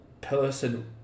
person